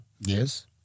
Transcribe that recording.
Yes